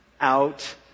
out